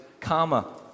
comma